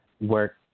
work